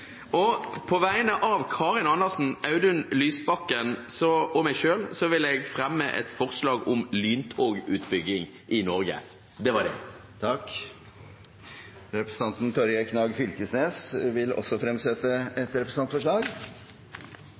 Og på vegne av Karin Andersen, Audun Lysbakken og meg selv vil jeg fremme et forslag om lyntogutbygging i Norge. – Det var det. Representanten Torgeir Knag Fylkesnes vil fremsette et representantforslag.